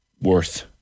worth